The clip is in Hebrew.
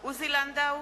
עוזי לנדאו,